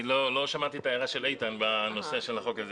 אני לא שמעתי את ההערה של איתן בנושא של החוק הזה,